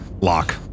lock